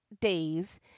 days